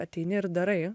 ateini ir darai